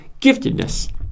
giftedness